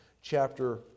chapter